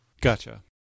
Gotcha